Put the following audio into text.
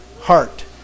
heart